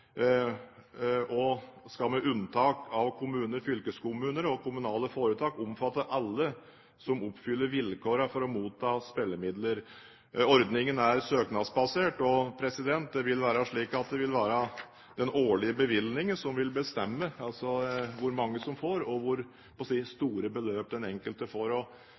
og skal med unntak av kommuner, fylkeskommuner og kommunale foretak omfatte alle som oppfyller vilkårene for å motta spillemidler. Ordningen er søknadsbasert, og det vil være slik at det vil være den årlige bevilgningen som vil bestemme hvor mange som får, og hvor store beløp den enkelte får.